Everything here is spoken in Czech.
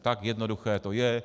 Tak jednoduché to je.